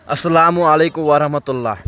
اسلامُ علیکُم ورحمتُہ اللہ